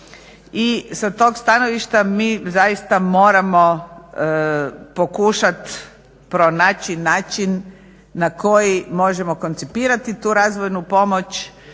i sa tog stanovišta mi zaista moramo pokušati pronaći način na koji možemo koncipirati tu razvojnu pomoć